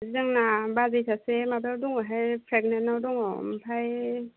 जोंना बाजै सासे माबायाव दङहाय प्रेगनेन्टाव दङ ओमफाय